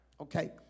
Okay